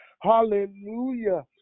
hallelujah